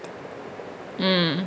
mm